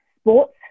sports